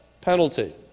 penalty